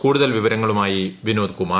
കൂടുതൽ വിവരങ്ങളുമായി വിനോദ് കുമാർ